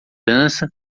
dança